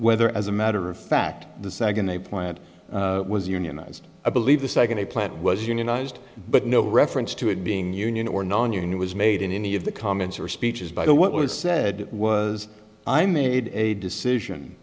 whether as a matter of fact the saguenay plant was unionized i believe the second a plant was unionized but no reference to it being union or nonunion was made in any of the comments or speeches by what was said was i made a decision